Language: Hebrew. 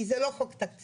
כי זה לא חוק תקציבי.